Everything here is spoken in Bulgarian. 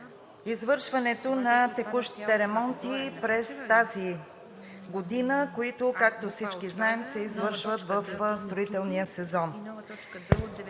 извършването на текущите ремонти през тази година, които, както всички знаем, се извършват в строителния сезон.